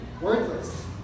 Worthless